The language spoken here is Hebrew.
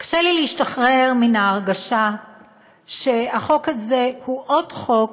קשה לי להשתחרר מן ההרגשה שהחוק הזה הוא עוד חוק